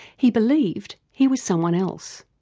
he believed he was someone else.